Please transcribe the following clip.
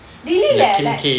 really like like